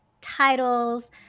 titles